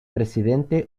presidente